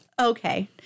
Okay